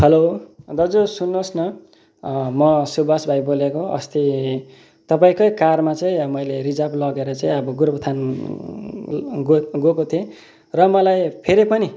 hello दाजु सुन्नुहोस् न म सुबास भाइ बोलेको अस्ति तपाईँकै कारमा चाहिँ मैले रिजर्भ लगेर चाहिँ अब गोरुबथान गएको गएको थिएँ र मलाई फेरि पनि